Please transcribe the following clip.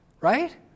Right